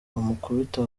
amukubita